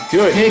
Good